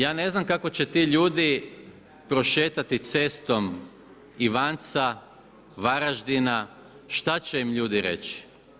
Ja ne znam kako će ti ljudi prošetati cestom Ivanca, Varaždina, šta će im ljudi reći?